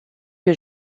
que